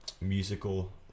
musical